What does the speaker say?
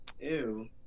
Ew